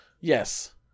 Yes